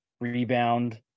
rebound